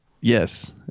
Yes